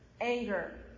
anger